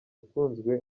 ukunzwe